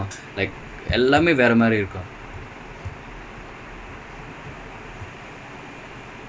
no maradona வந்து ரொம்ப:vanthu romba aggressive ah ஆடுவான்:aaduvaan like he just bomb for you know messi's a lot more